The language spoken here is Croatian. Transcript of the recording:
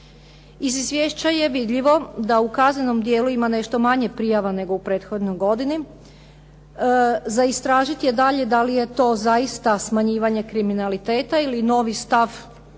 Iz Izvješća je vidljivo da u kaznenom dijelu ima nešto manje prijava nego u prethodnoj godini. Za istražiti je dalje da li je to zaista smanjivanje kriminaliteta ili novi stav policije